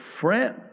friend